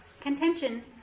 Contention